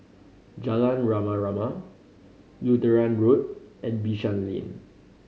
Jalan Rama Rama Lutheran Road and Bishan Lane